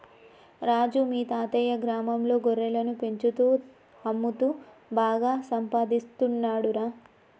రాజు మీ తాతయ్యా గ్రామంలో గొర్రెలను పెంచుతూ అమ్ముతూ బాగా సంపాదిస్తున్నాడురా